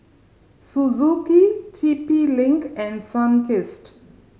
Suzuki T P Link and Sunkist